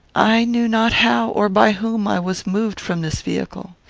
i knew not how, or by whom, i was moved from this vehicle.